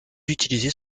utilisées